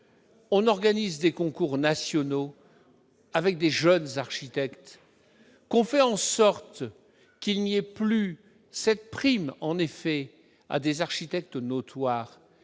d'organiser des concours nationaux avec de jeunes architectes, pour faire en sorte qu'il n'y ait plus cette prime à des architectes notoires